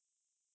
mm